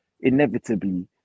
inevitably